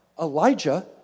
Elijah